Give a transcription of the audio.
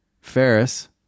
Ferris